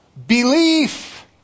Belief